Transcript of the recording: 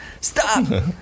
stop